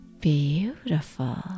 beautiful